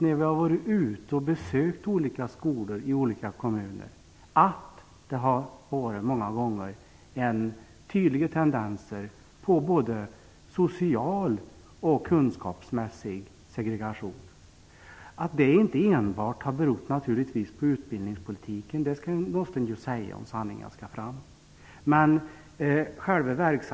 När vi varit ute och besökt olika skolor i olika kommuner har det många gånger funnits tydliga tendenser till både social och kunskapsmässig segregation. Det har naturligtvis inte enbart berott på utbildningspolitiken. Det måste jag säga om sanningen skall fram.